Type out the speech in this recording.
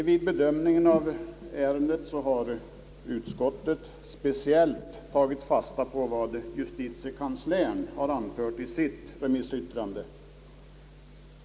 Vid bedömningen av ärendet har utskottet speciellt tagit fasta på vad justitiekanslern har anfört i sitt remissyttrande.